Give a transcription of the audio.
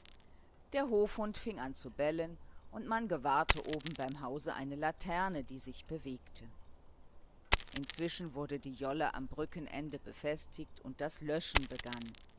der hofhund fing an zu bellen und man gewahrte oben beim hause eine laterne die sich bewegte inzwischen wurde die jolle am brückenende befestigt und das löschen begann